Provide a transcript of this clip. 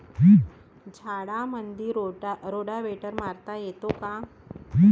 झाडामंदी रोटावेटर मारता येतो काय?